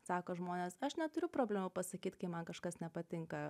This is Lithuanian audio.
sako žmonės aš neturiu problemų pasakyt kai man kažkas nepatinka